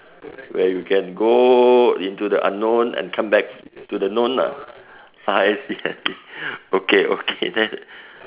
where you can go into the unknown and come back to the known lah I see I see okay okay